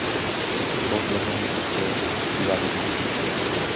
बहुत बढ़ियाँ मित्र थे तिवारी जी